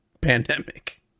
pandemic